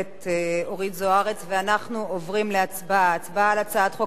אנחנו עוברים להצבעה על הצעת חוק איסור פרסום גזעני,